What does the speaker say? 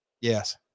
Yes